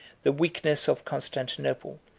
the weakness of constantinople,